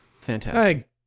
Fantastic